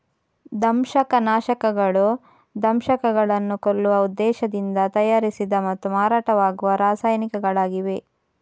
ದಂಶಕ ನಾಶಕಗಳು ದಂಶಕಗಳನ್ನು ಕೊಲ್ಲುವ ಉದ್ದೇಶದಿಂದ ತಯಾರಿಸಿದ ಮತ್ತು ಮಾರಾಟವಾಗುವ ರಾಸಾಯನಿಕಗಳಾಗಿವೆ